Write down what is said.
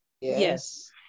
Yes